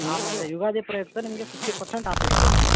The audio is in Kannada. ಆಮೇಲೆ ಯುಗಾದಿ ಪ್ರಯುಕ್ತ ನಿಮಗೆ ಫಿಫ್ಟಿ ಪರ್ಸಂಟ್ ಆಫ್ ಇದೆ ಸರ್